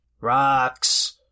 rocks